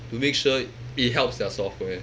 to make sure it helps their software